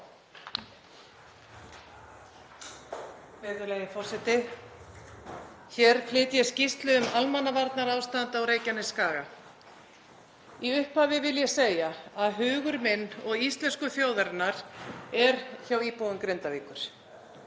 Hér flyt ég skýrslu um almannavarnaástand á Reykjanesskaga. Í upphafi vil ég segja að hugur minn og íslensku þjóðarinnar er hjá íbúum Grindavíkur.